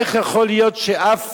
איך יכול להיות שאף